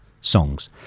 songs